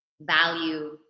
value